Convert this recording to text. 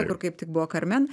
kur kaip tik buvo karmen